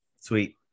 Sweet